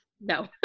No